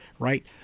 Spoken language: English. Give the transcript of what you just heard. right